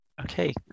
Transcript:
Okay